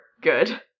good